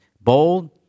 bold